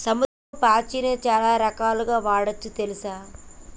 సముద్రపు పాచిని చాలా రకాలుగ వాడొచ్చు తెల్సా